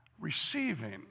receiving